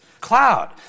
cloud